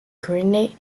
coordinate